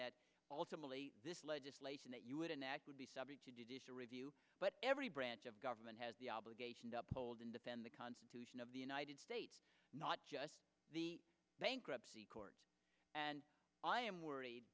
that ultimately this legislation that you would enact would be subject to review but every branch of government has the obligation to uphold and defend the constitution of the united states not just the bankruptcy court and i am worried